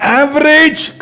average